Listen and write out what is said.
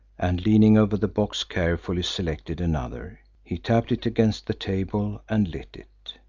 and, leaning over the box, carefully selected another. he tapped it against the table and lit it.